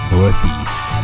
Northeast